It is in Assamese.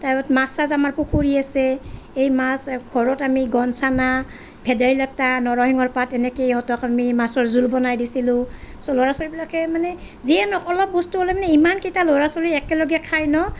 তাৰপাছত মাছ চাছ আমাৰ পুখুৰী আছে এই মাছ ঘৰত আমি গনছানা ভেদাইলতা নৰসিংহৰ পাত এনেকেই ইহঁতক আমি মাছৰ জোল বনাই দিছিলোঁ ল'ৰা ছোৱালীবিলাকে মানে যিয়ে নহওক অলপ বস্তু হ'লে মানে ইমানকেইটা ল'ৰা ছোৱালী একেলগে খাই ন